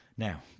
Now